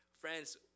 Friends